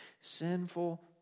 Sinful